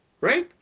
Right